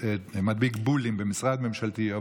מדביק בולים במשרד ממשלתי או